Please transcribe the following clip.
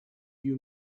you